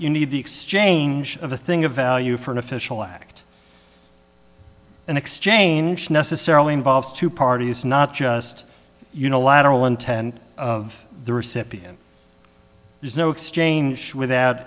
you need the exchange of a thing of value for an official act an exchange necessarily involves two parties not just unilateral intent of the recipient there's no exchange without